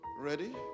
Ready